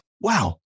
Wow